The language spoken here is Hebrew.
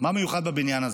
מה מיוחד בבניין הזה?